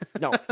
No